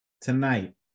tonight